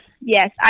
yes